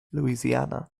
louisiana